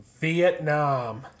Vietnam